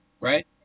Right